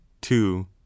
two